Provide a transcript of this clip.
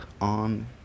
on